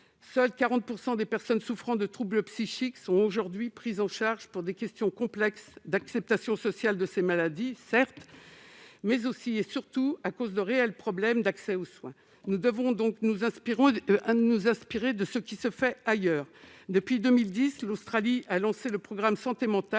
Seuls 40 % des personnes souffrant de troubles psychiques sont aujourd'hui prises en charge, pour des questions complexes d'acceptation sociale de ces maladies, certes, mais aussi et surtout à cause de réelles difficultés d'accès aux soins. Nous devons nous inspirer de ce qui se fait ailleurs. Ainsi, en 2010, l'Australie a lancé le programme santé mentale,